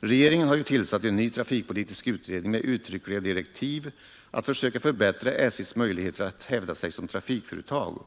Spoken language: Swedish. Regeringen har ju tillsatt en ny trafikpolitisk utredning med uttryckliga direktiv att försöka förbättra SJ:s möjligheter att hävda sig som trafikföretag.